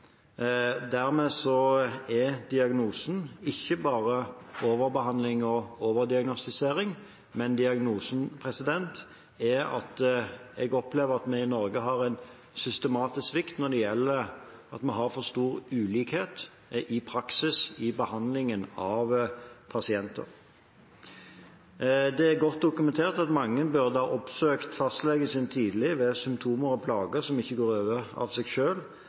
er diagnosen ikke bare overbehandling og overdiagnostisering, men jeg opplever at diagnosen er at vi i Norge har en systematisk svikt når det gjelder det at vi i praksis har for stor ulikhet i behandling av pasienter. Det er godt dokumentert at mange burde ha oppsøkt fastlegen sin tidligere ved symptomer og plager som ikke går over av seg